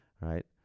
right